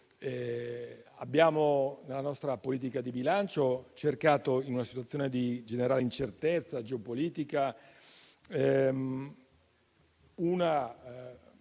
cercato, nella nostra politica di bilancio, in una situazione di generale incertezza geopolitica, una